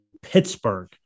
Pittsburgh